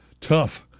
Tough